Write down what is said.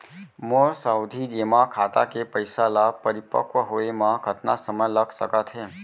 मोर सावधि जेमा खाता के पइसा ल परिपक्व होये म कतना समय लग सकत हे?